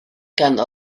ganddo